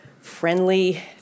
friendly